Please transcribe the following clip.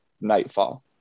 nightfall